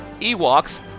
Ewoks